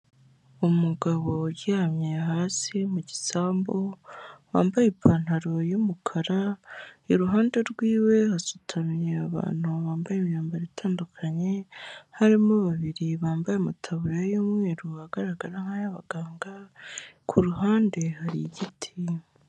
Umugabo uryamye hasi mu gisambu, wambaye ipantaro y'umukara, iruhande rwiwe hasutamye abantu bambaye imyambaro itandukanye, harimo babiri bambaye amataburiya y'umweru agaragara nk'ay'abaganga, ku ruhande hari igiti.